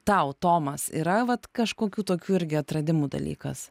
tau tomas yra vat kažkokių tokių irgi atradimų dalykas